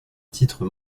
titre